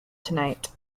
tonight